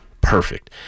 perfect